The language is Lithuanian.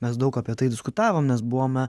mes daug apie tai diskutavom nes buvome